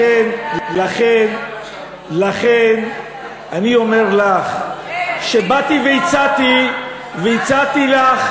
לכן אני אומר לך שבאתי והצעתי לך,